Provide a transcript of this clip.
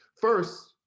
First